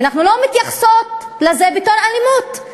ואנחנו לא מתייחסות לזה בתור אלימות,